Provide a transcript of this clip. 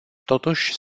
totuși